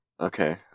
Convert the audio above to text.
Okay